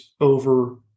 over